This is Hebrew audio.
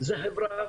זאת חברה